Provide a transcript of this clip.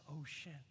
ocean